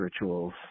rituals